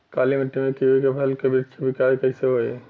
काली मिट्टी में कीवी के फल के बृछ के विकास कइसे होई?